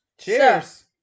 Cheers